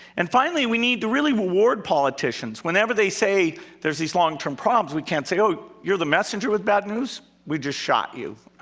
and finally, we need to really reward politicians. whenever they say there's these long-term problems, we can't say, oh, you're the messenger with bad news? we just shot you.